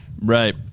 Right